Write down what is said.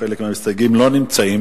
חלק מהמסתייגים לא נמצאים,